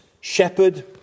shepherd